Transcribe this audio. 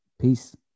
Peace